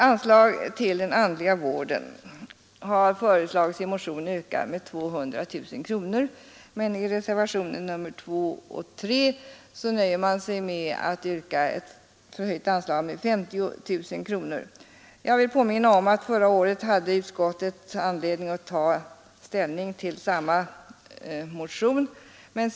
Anslaget till den andliga vården har i motion föreslagits öka med 200 000 kronor, men i reservationerna 2 och 3 nöjer man sig med att yrka ett förhöjt anslag med 50 000 kronor. Jag vill påminna om att utskottet förra året hade anledning att ta ställning till samma motionsyrkande.